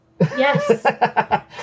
Yes